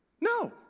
No